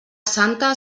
santa